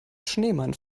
schneemann